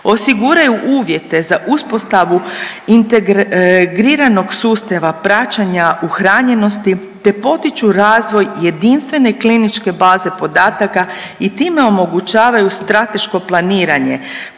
osiguraju uvjete za uspostavu integriranog sustava praćenja uhranjenosti, te potiču razvoj jedinstvene kliničke baze podataka i time omogućavaju strateško planiranje